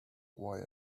why